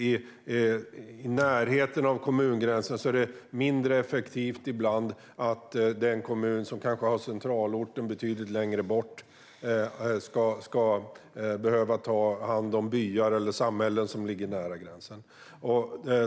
I närheten av kommungränsen är det ibland mindre effektivt att den kommun som kanske har centralorten betydligt längre bort ska behöva ta hand om byar eller samhällen som ligger nära gränsen.